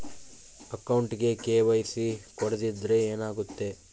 ಅಕೌಂಟಗೆ ಕೆ.ವೈ.ಸಿ ಕೊಡದಿದ್ದರೆ ಏನಾಗುತ್ತೆ?